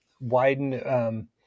widen